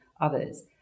others